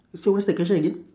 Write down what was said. so what is the question again